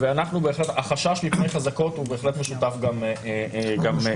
החשש מפני חזקות הוא בהחלט משותף גם לנו.